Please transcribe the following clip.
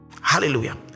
Hallelujah